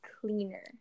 cleaner